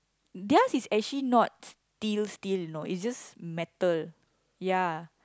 theirs is actually not steel steel you know is just metal ya